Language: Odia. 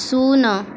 ଶୂନ